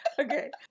Okay